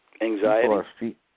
Anxiety